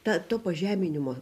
tą to pažeminimo